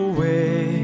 Away